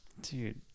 Dude